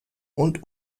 und